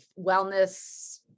wellness